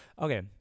okay